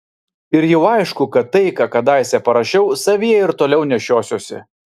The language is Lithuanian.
ir jau aišku kad tai ką kadaise parašiau savyje ir toliau nešiosiuosi